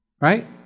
Right